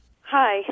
Hi